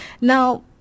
Now